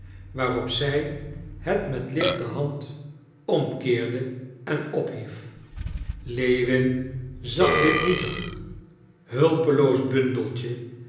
waarop zij het met lichte hand omkeerde en ophief lewin zag dit nietig hulpeloos bundeltje